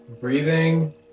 breathing